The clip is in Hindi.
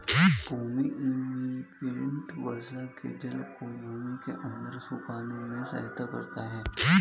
भूमि इम्प्रिन्टर वर्षा के जल को भूमि के अंदर सोखने में सहायता करता है